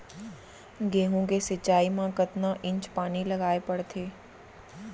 गेहूँ के सिंचाई मा कतना इंच पानी लगाए पड़थे?